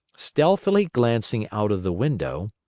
stealthily glancing out of the window,